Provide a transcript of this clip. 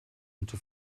into